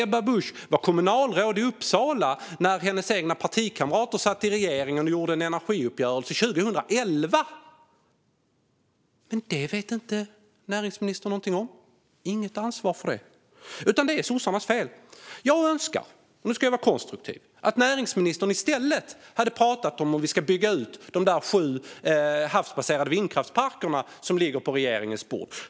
Ebba Busch var kommunalråd i Uppsala när hennes egna partikamrater satt i regeringen och gjorde en energiuppgörelse 2011, men det vet näringsministern inte något om. Hon har inget ansvar för det, utan det är sossarnas fel. Nu ska jag vara konstruktiv. Jag önskar att näringsministern i stället hade pratat om att vi ska bygga ut de sju havsbaserade vindkraftsparker som ligger på regeringens bord.